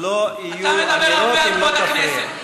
אתה מדבר הרבה על כבוד הכנסת.